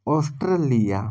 Australia